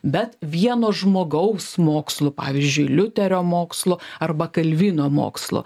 bet vieno žmogaus mokslu pavyzdžiui liuterio mokslu arba kalvino mokslo